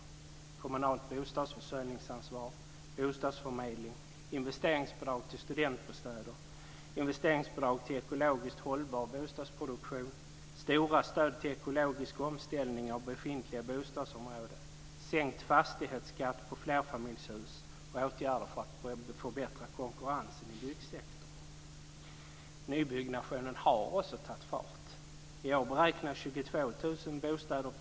Det är kommunalt bostadsförsörjningsansvar, bostadsförmedling, investeringsbidrag till studentbostäder, investeringsbidrag till ekologiskt hållbar bostadsproduktion, stora stöd till ekologisk omställning av befintliga bostadsområden, sänkt fastighetsskatt på flerfamiljshus och åtgärder för att förbättra konkurrensen i byggsektorn. Nybyggnationen har tagit fart.